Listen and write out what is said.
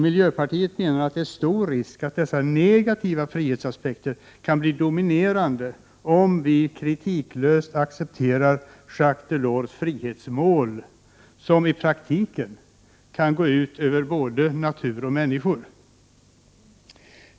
Miljöpartiet menar att det är en stor risk att dessa negativa frihetsaspekter blir de dominerande om vi kritiklöst accepterar Jacque Delors frihetsmål som i praktiken kan gå ut över både natur och människor.